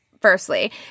Firstly